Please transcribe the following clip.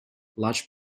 large